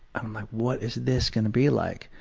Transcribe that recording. i'm like, what is this gonna be like?